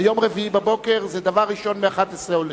ביום רביעי בבוקר זה עולה דבר ראשון, ב-11:00.